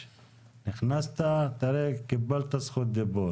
בוקר טוב.